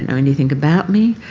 don't know anything about me.